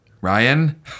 ryan